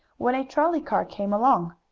when a trolley car came along.